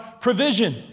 provision